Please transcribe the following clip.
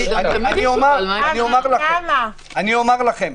אני אומר לכם.